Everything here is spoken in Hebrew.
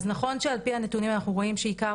נכון שעל פי הנתונים אנחנו רואים שעיקר